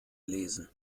lesen